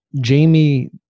Jamie